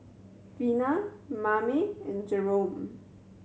Vina Mame and Jerome